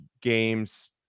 games